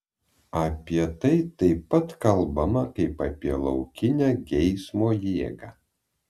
apie tai taip pat kalbama kaip apie laukinę geismo jėgą